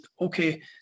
okay